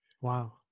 wow